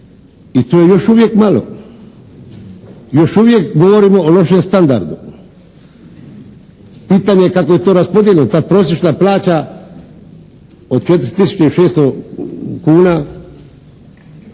i to je još uvijek malo, još uvijek govorimo o lošem standardu. Pitanje je kako je to raspodijeljeno, ta prosječna plaća od 4 tisuće